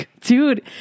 dude